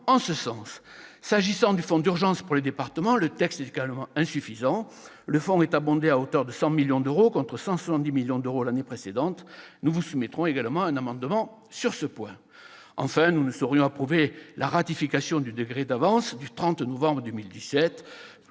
situation. S'agissant du Fonds d'urgence pour les départements, le texte est également insuffisant. Le fonds est abondé à hauteur de 100 millions d'euros, contre 170 millions d'euros l'année précédente. Nous vous soumettrons également un amendement sur ce point. Enfin, nous ne saurions approuver la ratification du décret d'avance du 30 novembre 2017.